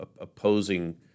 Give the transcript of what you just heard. opposing